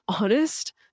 honest